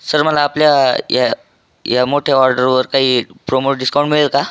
sir मला आपल्या या या मोठ्या ऑर्डरवर काही प्रोमो डिस्काउंट मिळेल का